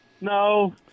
No